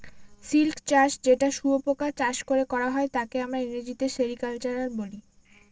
silk চাষ যেটা শুয়োপোকা চাষ করে করা হয় তাকে আমরা ইংরেজিতে সেরিকালচার বলে